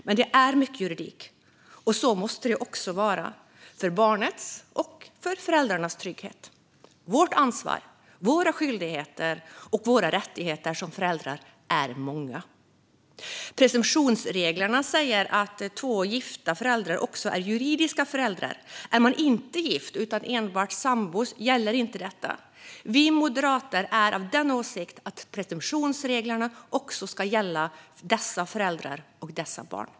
Men det är mycket juridik, och så måste det också vara för barnets och föräldrarnas trygghet. Vårt ansvar som föräldrar är stort, och våra skyldigheter och rättigheter som föräldrar är många. Presumtionsreglerna säger att två gifta föräldrar också är juridiska föräldrar. Är de inte gifta utan enbart sambor gäller inte detta. Vi moderater är av åsikten att presumtionsreglerna också ska gälla dessa föräldrar och dessa barn.